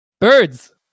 birds